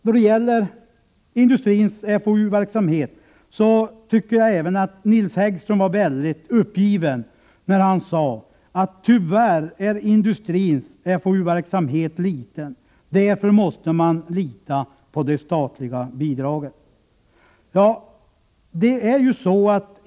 Då det gäller industrins FoOU-verksamhet tycker jag att Nils Häggström var mycket uppgiven när han sade att industrins FoOU-verksamhet tyvärr var liten och att man därför måste lita på de statliga bidragen.